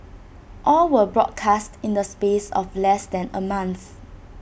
all were broadcast in the space of less than A month